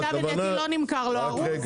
למיטב ידיעתי, לא נמכר לא ארוז.